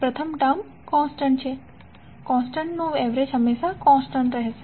પ્રથમ term constant છે તો કોન્સ્ટન્ટનું એવરેજ હંમેશાં કોન્સ્ટન્ટ રહેશે